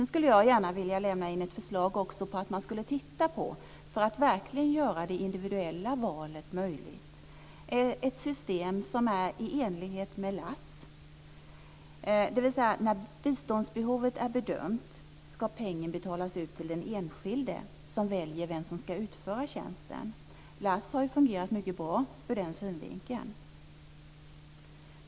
Sedan har jag ett förslag om att man - för att verkligen göra det individuella valet möjligt - skulle titta på ett system som är i enlighet med LASS, dvs. när biståndsbehovet är bedömt ska pengen betalas ut till den enskilde som väljer vem som ska utföra tjänsten. LASS har fungerat mycket bra ur den synvinkeln.